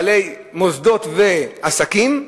בעלי מוסדות ועסקים,